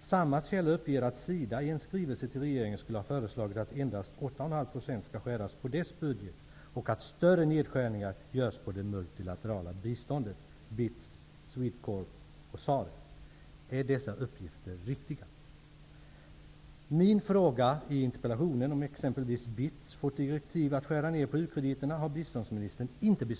Samma källa uppger att SIDA i en skrivelse till regeringen skulle ha föreslagit att endast 8,5 % skall skäras på deras budget och att större nedskärningar görs på det multilaterala biståndet, BITS, SWEDCORP och SAREC. Är dessa uppgifter riktiga? Min fråga i interpellationen om t.ex. BITS fått direktiv att skära ner på u-krediterna har biståndsministern inte besvarat.